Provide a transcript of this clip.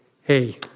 hey